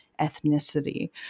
ethnicity